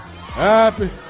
happy